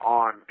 on